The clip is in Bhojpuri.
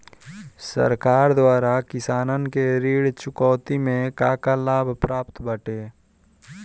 सरकार द्वारा किसानन के ऋण चुकौती में का का लाभ प्राप्त बाटे?